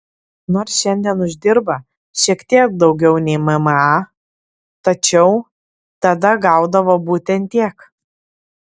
nors šiandien uždirba šiek tiek daugiau nei mma tačiau tada gaudavo būtent tiek